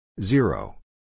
Zero